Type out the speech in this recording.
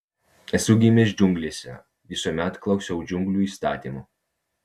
esu gimęs džiunglėse visuomet klausiau džiunglių įstatymų